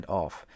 off